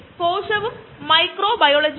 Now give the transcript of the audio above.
എന്നാൽ നമുക്ക് എങ്ങനെ ബയോ എത്തനോൾ ലഭിക്കും